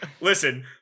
Listen